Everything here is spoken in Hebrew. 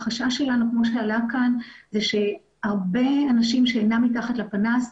החשש שלנו שעלה כאן זה שיש הרבה אנשים שאינם מתחת לפנס,